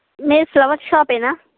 మీది ఫ్లవర్స్ షాపేనా